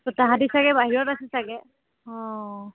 ত' তাহাঁতি চাগে বাহিৰত আছে চাগে অঁ